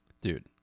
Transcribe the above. Dude